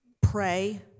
pray